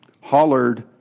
hollered